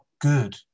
good